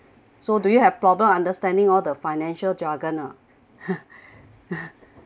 so do you have problem understanding all the financial jargon ah